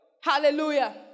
Hallelujah